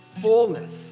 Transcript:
fullness